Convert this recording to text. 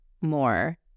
more